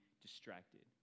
distracted